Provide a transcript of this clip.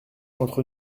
entre